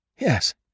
Yes